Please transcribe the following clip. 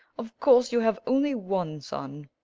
of course you have only one son.